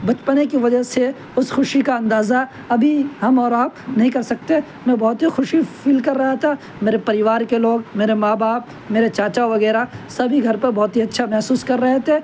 بچپنے کے وجہ سے اس خوشی کا اندازہ ابھی ہم اور آپ نہیں کر سکتے میں بہت ہی خوشی فیل کر رہا تھا میرے پریوار کے لوگ میرے ماں باپ میرے چاچا وغیرہ سبھی گھر پر بہت ہی اچھا محسوس کر رہے تھے